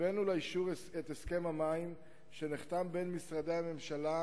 הבאנו לאישור את הסכם המים שנחתם בין משרדי הממשלה,